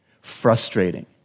frustrating